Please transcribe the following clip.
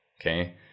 okay